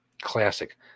classic